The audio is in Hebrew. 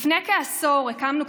לפני כעשור הקמנו,